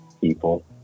people